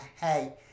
Hey